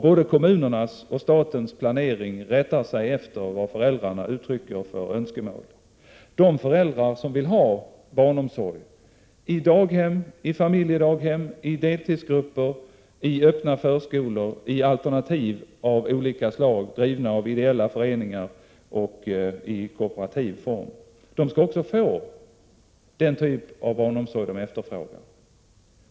Både kommunernas och statens planering rättar sig efter de önskemål som föräldrarna uttrycker. De föräldrar som vill ha barnomsorg i daghem, i familjedaghem, i deltidsgrupper, i öppna förskolor, i alternativ av olika slag, drivna av ideella föreningar och i kooperativ form, skall också få den typ av barnomsorg de efterfrågar.